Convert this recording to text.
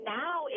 now